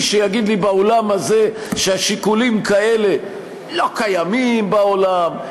מי שיגיד לי באולם הזה ששיקולים כאלה לא קיימים בעולם,